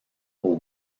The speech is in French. aux